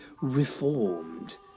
reformed